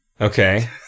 Okay